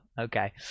okay